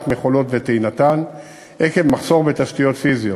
מכולות וטעינתן עקב מחסור בתשתיות פיזיות,